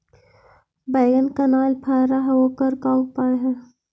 बैगन कनाइल फर है ओकर का उपाय है?